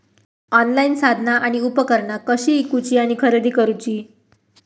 Online साधना आणि उपकरणा कशी ईकूची आणि खरेदी करुची?